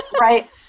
right